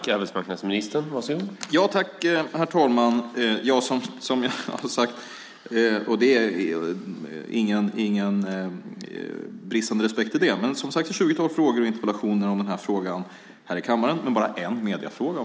Herr talman! Som jag sade - och det finns ingen bristande respekt i det - har jag fått ett tjugotal frågor och interpellationer om detta, men bara en mediefråga.